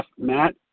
Matt